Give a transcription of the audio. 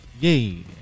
Yay